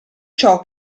ciò